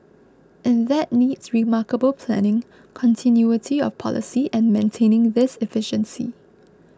and that needs remarkable planning continuity of policy and maintaining this efficiency